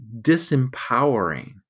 disempowering